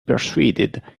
persuaded